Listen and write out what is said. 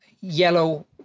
yellow